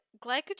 glycogen